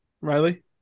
Riley